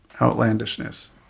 outlandishness